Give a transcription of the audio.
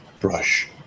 Brush